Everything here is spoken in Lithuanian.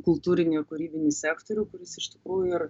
kultūrinį kūrybinį sektorių kuris iš tikrųjų ir